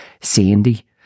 Sandy